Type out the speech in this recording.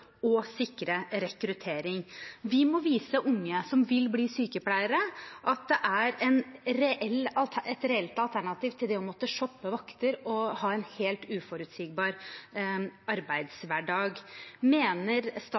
sikre rekruttering. Vi må vise unge som vil bli sykepleiere, at det er et reelt alternativ til det å måtte shoppe vakter og ha en helt uforutsigbar arbeidshverdag. Mener